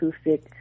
acoustic